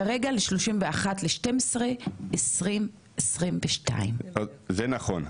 כרגע ל- 31.12.2022. זה נכון,